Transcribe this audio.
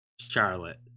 Charlotte